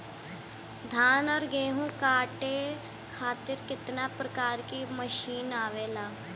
धान और गेहूँ कांटे खातीर कितना प्रकार के मशीन आवेला?